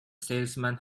salesman